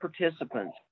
participants